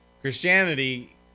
Christianity